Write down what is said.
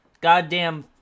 goddamn